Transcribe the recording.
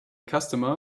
customer